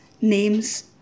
names